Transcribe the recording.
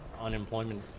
unemployment